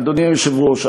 אדוני היושב-ראש,